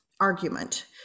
argument